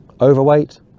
overweight